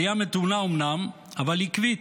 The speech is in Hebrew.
עלייה מתונה אומנם, אבל עקבית.